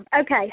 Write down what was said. Okay